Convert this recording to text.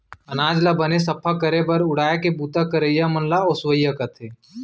अनाज ल बने सफ्फा करे बर उड़ाय के बूता करइया मन ल ओसवइया कथें